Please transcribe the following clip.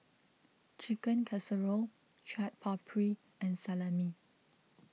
Chicken Casserole Chaat Papri and Salami